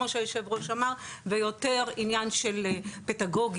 כמו שהיושב ראש אמר ויותר עניין של פדגוגיה,